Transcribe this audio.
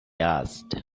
asked